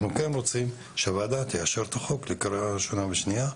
אנחנו כן רוצים שהוועדה תאשר את החוק לקריאה ראשונה ושנייה.